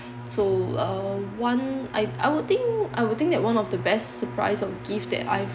so uh one I I would think I would think that one of the best surprise of gift that I've